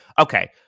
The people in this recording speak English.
okay